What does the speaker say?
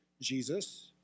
Jesus